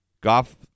Goff